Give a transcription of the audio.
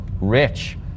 rich